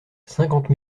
cinquante